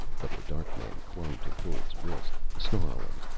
but the dark man clung to thord's wrist, snarling,